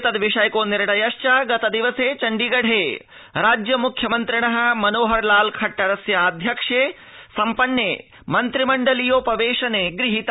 त्विद विषयको निर्णयश्च गतदिवसे चण्डीगढे राज्य मुख्यमन्त्रिण मनोहर लाल खट्टरस्य आध्यक्ष्ये सम्पन्ने मन्त्रि मण्डलीयोप वेशने गृहीत